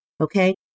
okay